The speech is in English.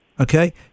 Okay